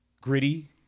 gritty